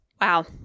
wow